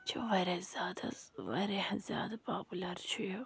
چھِ واریاہ زیادٕ حظ واریاہ زیادٕ پاپلَر چھُ یہِ